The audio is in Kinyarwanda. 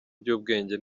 by’ubwenge